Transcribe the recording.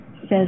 says